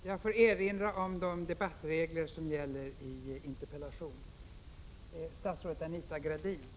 Jag får erinra om de regler som gäller vid interpellationsdebatter.